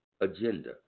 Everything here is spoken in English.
agenda